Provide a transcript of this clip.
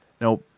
Now